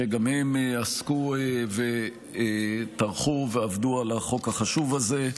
שגם הם עסקו וטרחו ועבדו על החוק החשוב הזה.